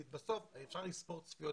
בסוף אפשר לספור צפיות,